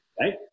right